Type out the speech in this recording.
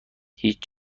هیچ